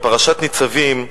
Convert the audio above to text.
בפרשת ניצבים,